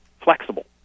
flexible